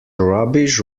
rubbish